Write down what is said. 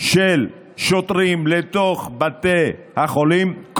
של שוטרים לתוך בתי החולים,